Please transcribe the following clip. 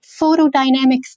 photodynamic